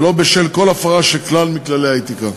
ולא בשל כל הפרה של כלל מכללי האתיקה.